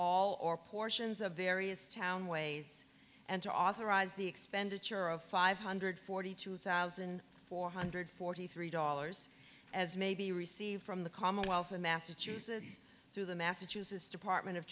all or portions of various town ways and to authorize the expenditure of five hundred forty two thousand four hundred forty three dollars as may be received from the commonwealth of massachusetts through the massachusetts department of